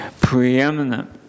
preeminent